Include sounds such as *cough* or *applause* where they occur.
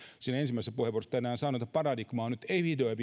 siinä ensimmäisessä puheenvuorossa tänään sanoin että paradigma on nyt vihdoin *unintelligible*